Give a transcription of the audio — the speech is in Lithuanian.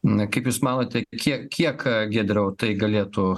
na kaip jūs manote kiek kiek giedrau tai galėtų